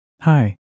Hi